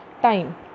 time